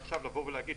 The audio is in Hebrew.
עכשיו לבוא ולהגיד,